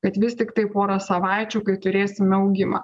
kad vis tiktai porą savaičių kai turėsime augimą